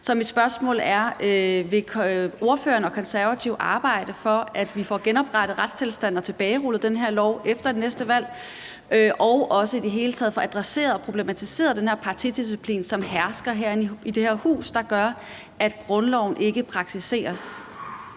Så mit spørgsmål er: Vil ordføreren og Konservative arbejde for, at vi får genoprettet retstilstanden og tilbagerullet den her lov efter det næste valg og i det hele taget også får adresseret og problematiseret den her partidisciplin, som hersker herinde i det her hus, og som gør, at grundloven ikke praktiseres?